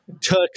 Took